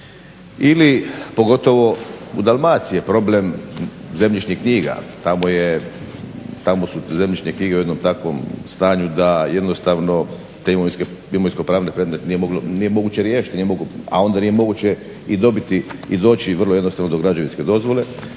ili pogotovo u Dalmaciji je problem zemljišnih knjiga. Tamo je, tamo su zemljišne knjige u jednom takvom stanju da jednostavno te imovinsko-pravni predmet nije moguće riješiti, a onda nije moguće i dobiti i doći vrlo jednostavno do građevinske dozvole